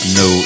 no